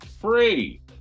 free